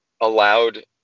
allowed